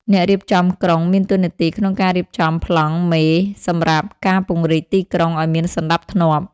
អ្នករៀបចំក្រុងមានតួនាទីក្នុងការរៀបចំប្លង់មេសម្រាប់ការពង្រីកទីក្រុងឱ្យមានសណ្តាប់ធ្នាប់។